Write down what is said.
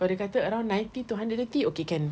kalau dia kata around ninety to hundred thirty okay can